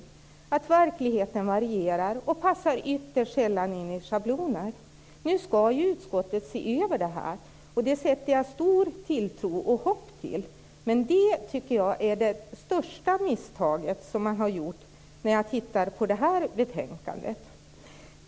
Hon vet att verkligheten varierar och passar ytterst sällan in i schabloner. Nu skall utskottet se över det här, och det sätter jag stor tilltro och stort hopp till. Men det tycker jag är det största misstaget man har gjort när jag tittar på det här betänkandet.